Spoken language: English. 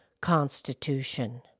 Constitution